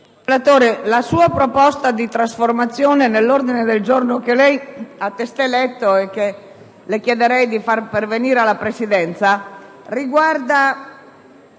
la sua proposta di trasformazione nell'ordine del giorno che lei ha testé letto - e che le chiedo di far pervenire alla Presidenza - riguarda